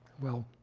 well,